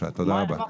תודה רבה.